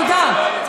תודה.